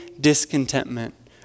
discontentment